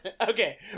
Okay